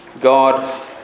God